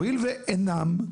הואיל והם אינם,